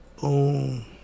Boom